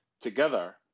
together